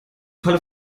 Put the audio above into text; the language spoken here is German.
falle